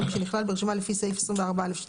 כמי שנכלל ברשימה לפי סעיף 24(א)(2)